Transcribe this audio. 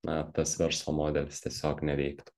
na tas verslo modelis tiesiog neveiktų